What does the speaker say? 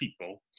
people